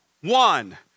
one